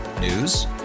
News